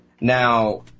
Now